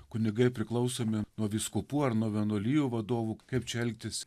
kunigai priklausomi nuo vyskupų ar nuo vienuolijų vadovų kaip čia elgtis